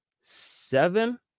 seven